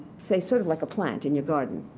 say, sort of like a plant in your garden.